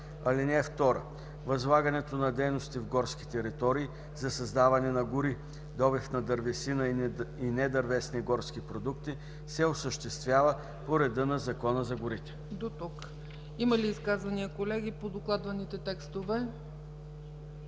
за това. (2) Възлагането на дейности в горски територии за създаване на гори, добив на дървесина и недървесни горски продукти се осъществява по реда на Закона за горите.” ПРЕДСЕДАТЕЛ ЦЕЦКА ЦАЧЕВА: Има ли изказвания, колеги, по докладваните текстове?